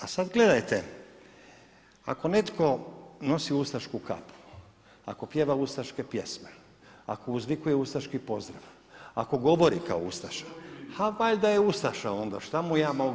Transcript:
A sad gledajte, ako netko nosi ustašku kapu, ako pjeva ustaške pjesme, ako uzvikuje ustaški pozdrav, ako govori kao ustaša, pa valjda je ustaša onda, šta mu ja mogu.